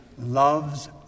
love's